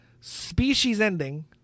species-ending